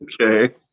okay